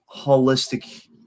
holistic